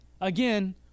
again